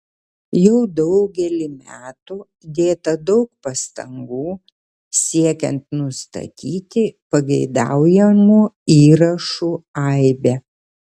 jau daugelį metų dėta daug pastangų siekiant nustatyti pageidaujamų įrašų aibę